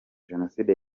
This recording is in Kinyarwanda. jenoside